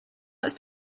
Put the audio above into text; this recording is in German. ist